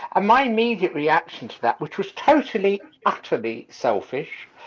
my immediate reaction to that, which was totally utterly selfish,